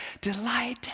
delight